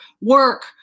work